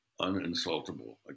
uninsultable